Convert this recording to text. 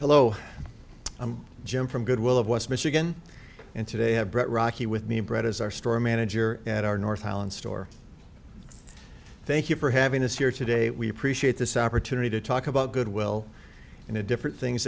hello i'm jim from goodwill of west michigan and today have brought rocky with me brett as our store manager at our north island store thank you for having us here today we appreciate this opportunity to talk about goodwill in a different things